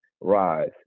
rise